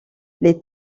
les